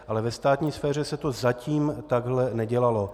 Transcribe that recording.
Ale ve státní sféře se to zatím takhle nedělalo.